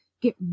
get